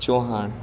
Chauhan